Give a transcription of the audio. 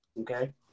Okay